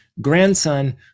grandson